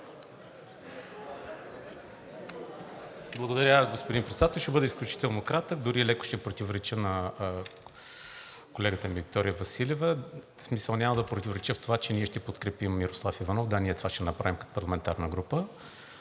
Благодаря, господин Председател. Ще бъда изключително кратък, дори леко ще противореча на колегата ми Виктория Василева. В смисъл няма да противореча в това, че ние ще подкрепим Мирослав Иванов, да, ние това ще направим като парламентарна група.